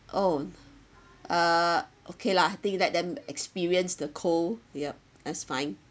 oh uh okay lah I think let them experience the cold yup that's fine